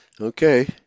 Okay